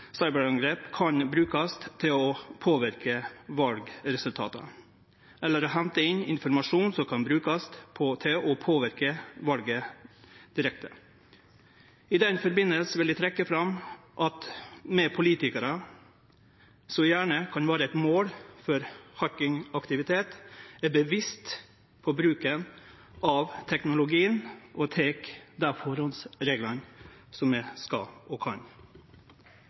kan brukast til å påverke valresultat eller til å hente inn informasjon som kan brukast til å påverke valet direkte. I den forbindelsen vil eg trekkje fram at vi politikarar, som gjerne kan vere eit mål for hacking-aktivitet, må vere bevisste på bruken av teknologien og sikre oss så godt vi kan. Noreg er i dag verdsleiande innan bruk av teknologi og